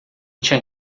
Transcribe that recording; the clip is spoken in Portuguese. tinha